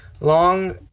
long